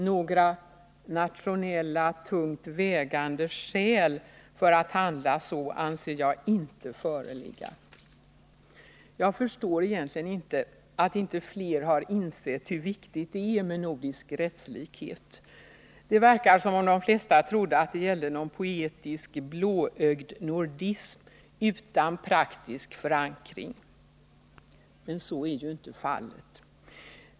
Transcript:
Några nationella tungt vägande skäl för att handla så anser jag inte föreligga. Jag förstår egentligen inte att inte fler har insett hur viktigt det är med nordisk rättslikhet. Det verkar som om de flesta trodde att det gällde någon poetisk, blåögd nordism utan praktisk förankring. Så är ju inte fallet.